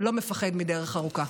לא מפחד מדרך ארוכה.